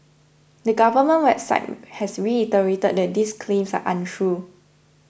the government website has reiterated that these claims are untrue